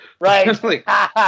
right